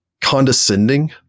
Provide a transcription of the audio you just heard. condescending